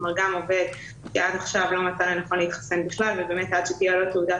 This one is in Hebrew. עובד שעד עכשיו לא מצא לנכון להתחסן בכלל ובאמת עד שתהיה לו תעודת